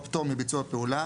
או פטור מביצוע פעולה,